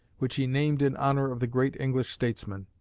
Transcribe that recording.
which he named in honor of the great english statesman.